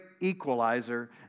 equalizer